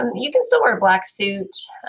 um you can still wear a black suit.